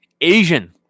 Asian